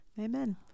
amen